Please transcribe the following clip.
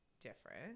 different